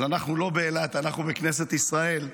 אז אנחנו לא באילת, אנחנו בכנסת ישראל,